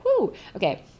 Okay